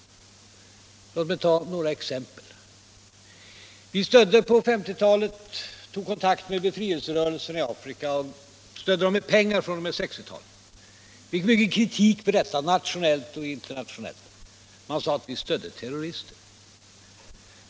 Låt mig ta några exempel! På 1950-talet tog vi kontakt med och stödde befrielserörelserna i Afrika, och fr.o.m. 1960-talet stödde vi dem med pengar. Vi fick mycken kritik för detta, nationellt och internationellt. -« Man sade att vi stödde terrorister.